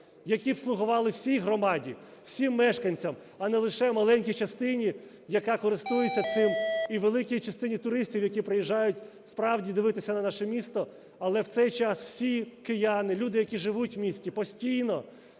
які б слугували всій громаді, всім мешканцям, а не лише маленькій частині, яка користується цим, і великій частині туристів, які приїжджають справді дивитися на наше місто? Але в цей час всі кияни, люди, які живуть в місті постійно,